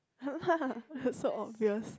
so obvious